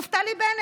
נפתלי בנט.